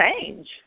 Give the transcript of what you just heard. change